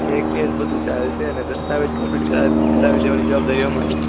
check cash બધુ ચાલશે અને દસ્તાવેજ કમ્પ્લેટ કરાવી દેવાની જવાબદારી અમારી